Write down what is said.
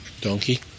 donkey